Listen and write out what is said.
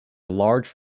large